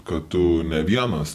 kad tu ne vienas